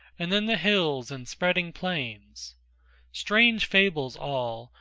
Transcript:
and then the hills and spreading plains strange fables all,